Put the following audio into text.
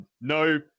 no